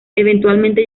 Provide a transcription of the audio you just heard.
eventualmente